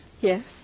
Yes